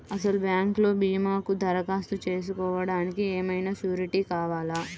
అసలు బ్యాంక్లో భీమాకు దరఖాస్తు చేసుకోవడానికి ఏమయినా సూరీటీ కావాలా?